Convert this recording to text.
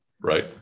right